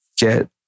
get